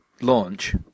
launch